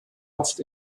haft